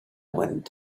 wind